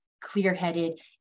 clear-headed